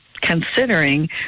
considering